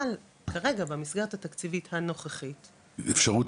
אבל כרגע במסגרת התקציבית הנוכחית --- יש אפשרות